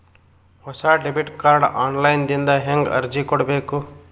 ಹೊಸ debit card online ದಿಂದ ಹೇಂಗ ಅರ್ಜಿ ಕೊಡಬೇಕು?